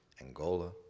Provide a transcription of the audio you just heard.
Angola